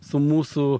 su mūsų